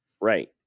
right